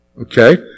okay